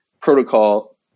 protocol